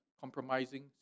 compromising